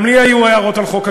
גם לי היו הערות על חוק הגיוס.